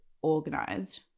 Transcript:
organized